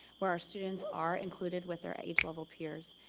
where our students are included with their age-level peers,